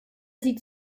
sie